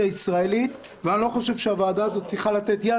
הישראלית ואני לא חושב שהוועדה הזאת צריכה לתת יד